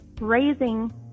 raising